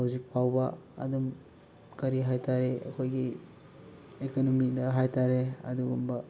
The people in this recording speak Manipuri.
ꯍꯧꯖꯤꯛ ꯐꯥꯎꯕ ꯑꯗꯨꯝ ꯀꯔꯤ ꯍꯥꯏ ꯇꯥꯔꯦ ꯑꯩꯈꯣꯏꯒꯤ ꯏꯀꯣꯅꯣꯃꯤꯗ ꯍꯥꯏ ꯇꯥꯔꯦ ꯑꯗꯨꯒꯨꯝꯕ